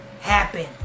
happen